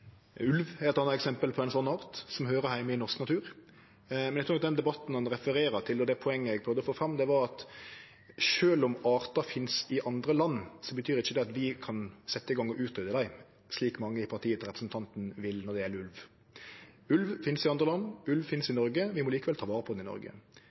Ulv er eit anna eksempel på ein art som høyrer heime i norsk natur. Men i den debatten ein refererer til, var det poenget eg prøvde å få fram at sjølv om artar finst i andre land, betyr ikkje det at vi kan setje i gong å utrydde dei, slik mange i partiet til representanten vil når det gjeld ulv. Ulv finst i andre land, ulv finst i Noreg